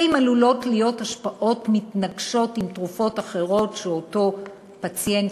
האם עלולות להיות השפעות מתנגשות עם תרופות אחרות שאותו פציינט,